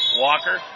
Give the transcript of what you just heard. Walker